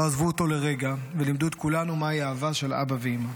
הם לא עזבו אותו לרגע ולימדו את כולנו מהי אהבה של אבא ואימא.